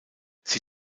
sie